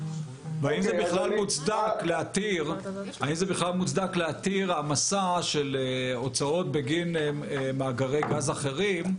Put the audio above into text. והאם זה בכלל מוצדק להתיר העמסה של הוצאות בגין מאגרי גז אחרים.